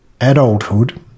adulthood